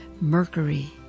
Mercury